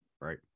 right